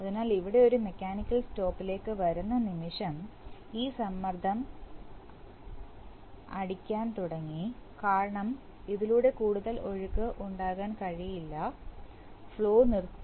അതിനാൽ ഇവിടെ ഒരു മെക്കാനിക്കൽ സ്റ്റോപ്പിലേക്ക് വരുന്ന നിമിഷം ഈ സമ്മർദ്ദംഅടിക്കാൻ തുടങ്ങി കാരണം ഇതിലൂടെ കൂടുതൽ ഒഴുക്ക് ഉണ്ടാകാൻ കഴിയില്ല ഫ്ലോ നിർത്തി